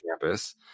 campus